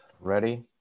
Ready